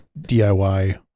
diy